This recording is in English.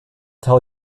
tell